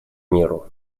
миру